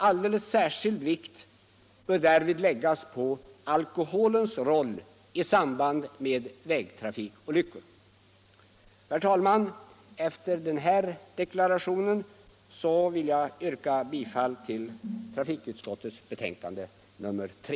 Alldeles särskild vikt bör därvid läggas på alkoholens roll i samband med vägtrafikolyckor. Herr talman! Efter denna deklaration vill jag yrka bifall till trafikutskottet förslag i betänkandet nr 3.